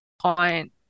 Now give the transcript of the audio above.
point